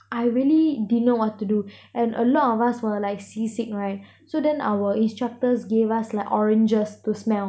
I really didn't know what to do and a lot of us were like sea sick right so then our instructors gave us like oranges to smell